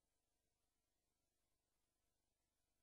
היושב-ראש, חברי